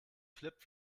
flip